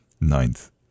Ninth